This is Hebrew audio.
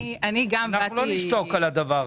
אנחנו לא נשתוק על זה.